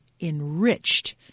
enriched